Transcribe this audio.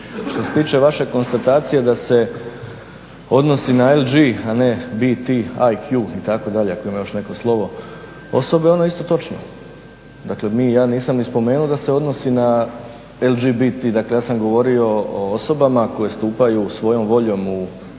Što se tiče vaše konstatacije da se odnosi na LG, a ne BT, IQ itd. ako ima još neko slovo osobe onda je isto točno. Dakle ja nisam ni spomenuo da se odnosi na LGBT, dakle ja sam govorio o osobama koje stupaju svojom voljom u partnerstvo